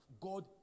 God